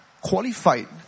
Qualified